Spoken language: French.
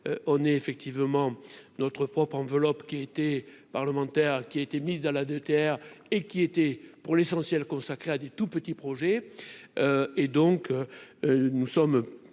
on est effectivement notre propre enveloppe qui parlementaire qui a été mise à la DETR et qui était pour l'essentiel consacré à des tout petits projets et donc nous sommes